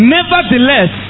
Nevertheless